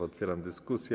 Otwieram dyskusję.